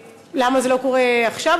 למה זה לא קורה עכשיו.